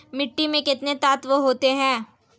मिट्टी में कितने तत्व होते हैं?